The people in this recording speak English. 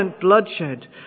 bloodshed